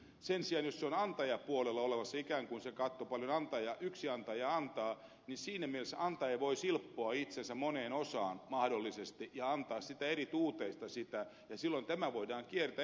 sen sijaan jos se katto on ikään kuin antajapuolella olemassa paljonko yksi antaja antaa niin siinä mielessä antaja voi mahdollisesti silpoa itsensä moneen osaan ja antaa sitä eri tuuteista ja silloin tämä voidaan kiertää